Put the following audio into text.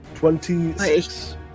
Twenty-six